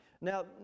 Now